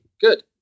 Good